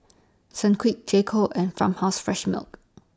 Sunquick J Co and Farmhouse Fresh Milk